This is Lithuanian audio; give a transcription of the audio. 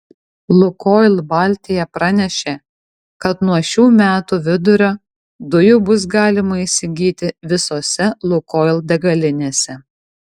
lukoil baltija pranešė kad nuo šių metų vidurio dujų bus galima įsigyti visose lukoil degalinėse